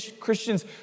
Christians